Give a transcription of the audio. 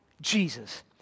Jesus